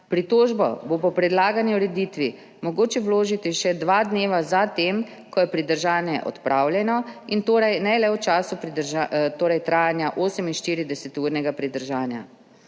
Pritožbo bo po predlagani ureditvi mogoče vložiti še dva dni za tem, ko je pridržanje odpravljeno, in torej ne le v času trajanja 48-urnega pridržanja.